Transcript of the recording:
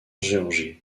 géorgie